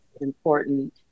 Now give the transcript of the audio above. important